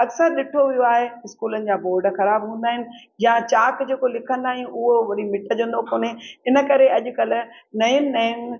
अकसरि ॾिठी वियो आहे स्कूलनि जा बोर्ड ख़राबु हूंदा आहिनि या चाक जेको लिखंदा आहियूं उहो बि मिटिजंदो कोन्हे हिन करे अॼुकल्ह नयुनि नयुनि